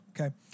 Okay